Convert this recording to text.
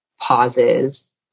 pauses